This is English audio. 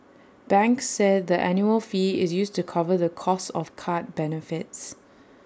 banks said the annual fee is used to cover the cost of card benefits